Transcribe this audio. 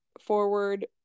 forward